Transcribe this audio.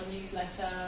newsletter